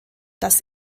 das